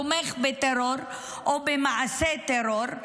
תומך בטרור או במעשה טרור,